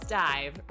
dive